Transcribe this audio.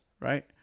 right